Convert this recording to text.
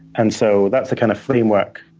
and so that's a kind of framework,